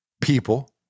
people